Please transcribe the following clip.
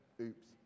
Oops